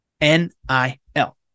N-I-L